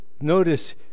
notice